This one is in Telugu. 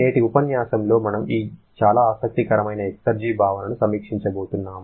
నేటి ఉపన్యాసంలో మనం ఈ చాలా ఆసక్తికరమైన ఎక్సర్జి భావనను సమీక్షించబోతున్నాము